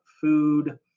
food